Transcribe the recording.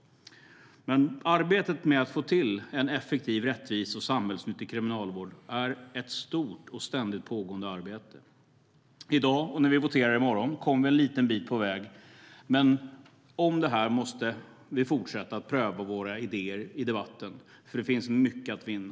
Arbetet med att få till en effektiv, rättvis och samhällsnyttig kriminalvård är ett stort och ständigt pågående arbete. I dag och när vi voterar i morgon kommer vi en liten bit på väg. Men om detta måste vi fortsätta att pröva våra idéer i debatten, för det finns mycket att vinna.